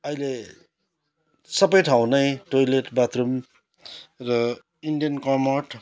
अहिले सबै ठाउँ नै टोइलेट बाथरुम र इन्डियन कमोट